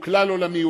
הוא כלל-עולמי,